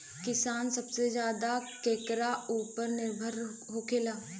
किसान सबसे ज्यादा केकरा ऊपर निर्भर होखेला?